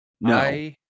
No